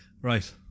right